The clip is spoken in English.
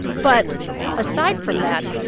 but aside from that,